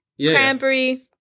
cranberry